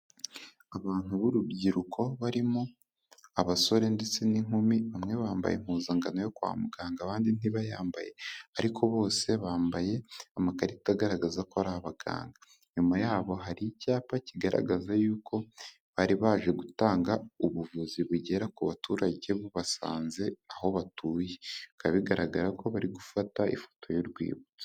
Abantu b'urubyiruko barimo abasore ndetse n'inkumi, bambaye impuzankano yo kwa muganga abandi ntibayambaye ariko bose bambaye amakarita agaragaza ko ari abaganga, inyuma yabo hari icyapa kigaragaza yuko bari baje gutanga ubuvuzi bugera ku baturage basanze aho batuye, bikaba bigaragara ko bari gufata ifoto y'urwibutso.